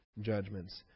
judgments